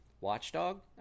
watchdog